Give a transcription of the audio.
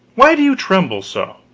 why do you tremble so?